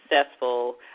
successful